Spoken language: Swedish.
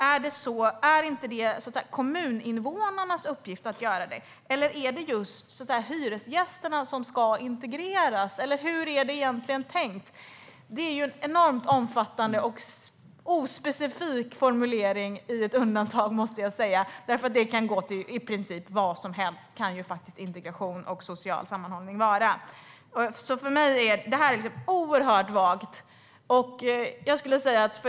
Är det inte kommuninvånarnas uppgift att göra det? Är det just hyresgästerna som ska integreras? Eller hur är det egentligen tänkt? Det är en enormt omfattande och ospecifik formulering i ett undantag, måste jag säga, därför att integration och social sammanhållning kan ju faktiskt vara vad som helst. Det här är oerhört vagt.